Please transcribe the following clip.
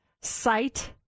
sight